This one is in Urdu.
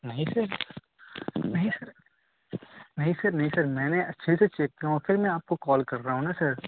نہیں سر نہیں سر نہیں سر نہیں سر میں نے اچھے سے چیک کیا ہوں پھر میں آپ کو کال کر رہا ہوں نا سر